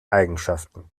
eigenschaften